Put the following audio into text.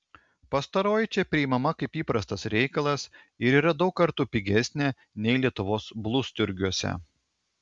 pastaroji čia priimama kaip įprastas reikalas ir yra daug kartų pigesnė nei lietuvos blusturgiuose